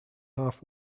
half